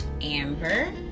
Amber